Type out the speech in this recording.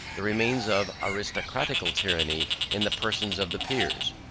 the remains of aristocratical tyranny in the persons of the peers.